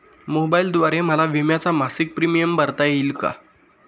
मोबाईलद्वारे मला विम्याचा मासिक प्रीमियम भरता येईल का?